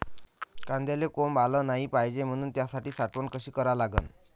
कांद्याले कोंब आलं नाई पायजे म्हनून त्याची साठवन कशी करा लागन?